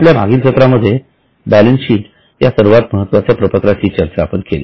आपल्या मागील सत्रामध्ये बॅलेन्सशीट या सर्वात महत्त्वाच्या प्रपत्राची चर्चा आपण केली